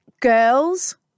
Girls